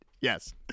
yes